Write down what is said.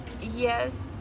Yes